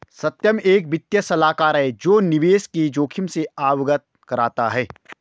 सत्यम एक वित्तीय सलाहकार है जो निवेश के जोखिम से अवगत कराता है